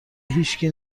هیشکی